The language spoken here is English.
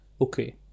okay